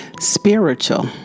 Spiritual